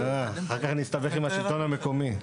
אחר כך נסתבך עם השלטון המקומי.